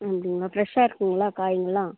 அப்படிங்களா ஃப்ரெஷ்ஷாக இருக்குதுங்களா காய்ங்களெலாம்